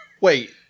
Wait